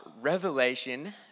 Revelation